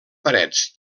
parets